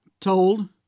told